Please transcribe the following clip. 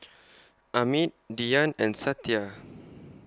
Amit Dhyan and Satya